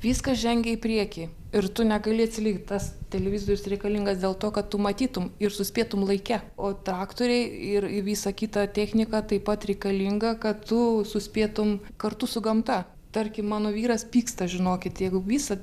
viskas žengia į priekį ir tu negali atsilikt tas televizorius reikalingas dėl to kad tu matytum ir suspėtum laike o traktoriai ir visa kita technika taip pat reikalinga kad tu suspėtum kartu su gamta tarkim mano vyras pyksta žinokit jeigu visą